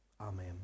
Amen